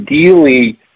ideally